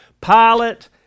Pilate